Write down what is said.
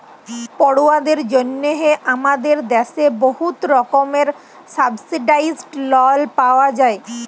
পড়ুয়াদের জ্যনহে আমাদের দ্যাশে বহুত রকমের সাবসিডাইস্ড লল পাউয়া যায়